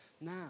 now